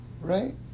Right